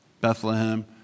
Bethlehem